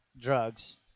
drugs